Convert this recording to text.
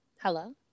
hello